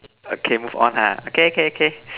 okay move on ha okay okay okay